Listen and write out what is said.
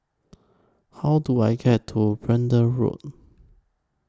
How Do I get to Braddell Road